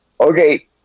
okay